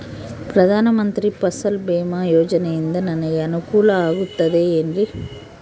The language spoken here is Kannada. ಪ್ರಧಾನ ಮಂತ್ರಿ ಫಸಲ್ ಭೇಮಾ ಯೋಜನೆಯಿಂದ ನನಗೆ ಅನುಕೂಲ ಆಗುತ್ತದೆ ಎನ್ರಿ?